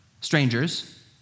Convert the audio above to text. strangers